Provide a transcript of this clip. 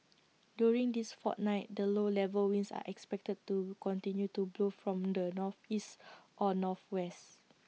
during this fortnight the low level winds are expected to continue to blow from the northeast or northwest